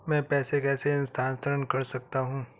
मैं पैसे कैसे स्थानांतरण कर सकता हूँ?